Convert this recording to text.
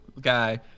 guy